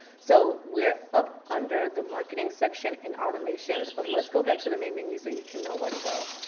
so we're up under the marketing section and automations, but let's go back to the main menu so you can know where to go.